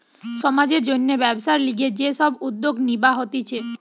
সমাজের জন্যে ব্যবসার লিগে যে সব উদ্যোগ নিবা হতিছে